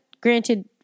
granted